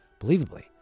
believably